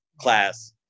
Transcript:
class